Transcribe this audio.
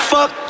Fuck